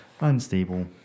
unstable